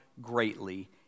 greatly